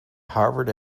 harvard